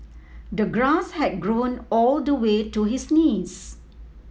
the grass had grown all the way to his knees